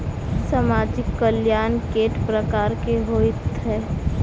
सामाजिक कल्याण केट प्रकार केँ होइ है?